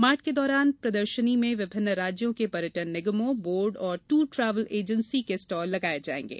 mart के दौरान प्रदर्शनी में विभिन्न राज्यों के पर्यटन निगमों बोर्ड और टूर ट्रेवल एजेंसी के स्टॉल लगाये जायेंगे